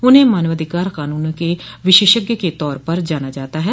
उन्हें मानवाधिकार कानूनों के विशेषज्ञ के तौर पर जाना जाता है